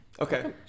Okay